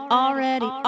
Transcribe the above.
already